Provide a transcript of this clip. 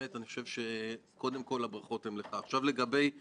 התייחסת בתחילת דבריך לנושא הציבורי,